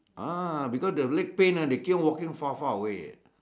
ah because the leg pain they keep on walking far far away eh